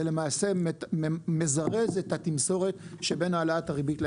זה למעשה מזרז את התמסורת שבין העלאת הריבית לאינפלציה.